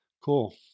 Cool